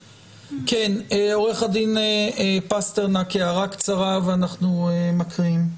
עורך הדין פסטרנק, הערה קצרה ואנחנו מקריאים.